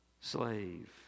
slave